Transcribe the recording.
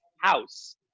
house